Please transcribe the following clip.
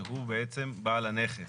שהוא בעל הנכס.